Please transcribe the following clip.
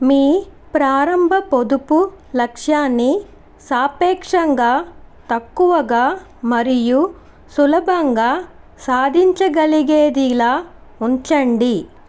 మీ ప్రారంభ పొదుపు లక్ష్యాన్ని సాపేక్షంగా తక్కువగా మరియు సులభంగా సాధించగలిగేదిలా ఉంచండి